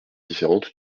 différentes